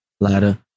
Ladder